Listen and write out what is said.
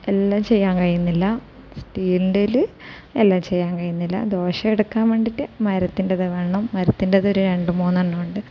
എല്ലാം ചെയ്യാൻ കഴിയുന്നില്ല സ്റ്റീലിന്റേതിൽ എല്ലാം ചെയ്യാൻ കഴിയുന്നില്ല ദോശ എടുക്കാൻ വേണ്ടിയിട്ട് മരത്തിൻ്റെത് വേണം മരത്തിന്റേത് ഒരു രണ്ടു മൂന്ന് എണ്ണം ഉണ്ട്